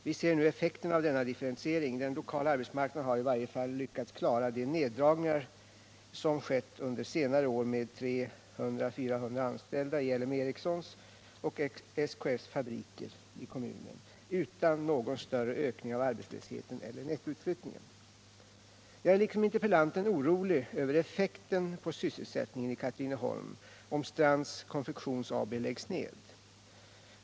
Vi ser nu effekterna av denna differentiering. Den lokala arbetsmarknaden har i varje fall lyckats klara de neddragningar som skett under senare år med 300-400 anställda i LM Ericssons och SKF:s fabriker i kommunen utan någon större ökning av arbetslösheten eller nettoutflyttningen. Jag är liksom interpellanten orolig över effekten på sysselsättningen i Katrineholm om Strands Konfektions AB läggs ned.